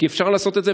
כי אפשר לעשות את זה,